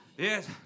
Yes